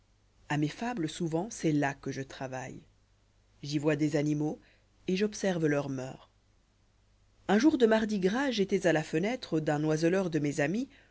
a mes fables souvent c'est là que je travaille j'y vois des animaux et j'observe leurs moeurs un jour de mardi-gras j'étois à la fenêtre d'un oiseleur de mes amis